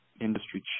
industry